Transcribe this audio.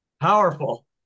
powerful